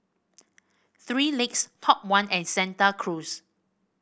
Three Legs Top One and Santa Cruz